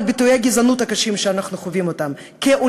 גם על ביטויי גזענות קשים שאנחנו חווים כעולים.